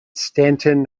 stanton